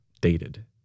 dated